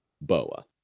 boa